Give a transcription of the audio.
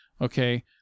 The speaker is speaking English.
okay